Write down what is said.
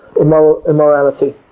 immorality